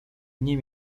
nie